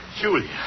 Julia